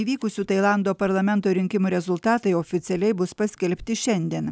įvykusių tailando parlamento rinkimų rezultatai oficialiai bus paskelbti šiandien